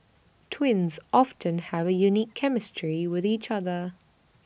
twins often have A unique chemistry with each other